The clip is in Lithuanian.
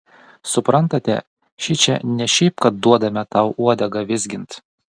suprantate šičia ne šiaip kad duodame tau uodegą vizgint